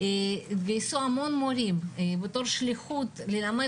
גייסו המון מורים בתור שליחות ללמד